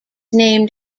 named